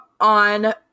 on